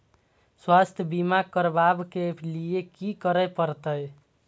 स्वास्थ्य बीमा करबाब के लीये की करै परतै?